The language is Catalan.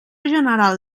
general